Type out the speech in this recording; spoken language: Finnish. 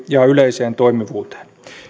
ja yleisestä toimivuudesta